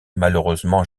malheureusement